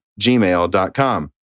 gmail.com